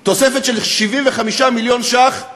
תוספת של 75 מיליוני שקלים